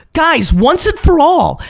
guys, once and for all,